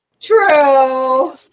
True